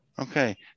Okay